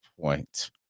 point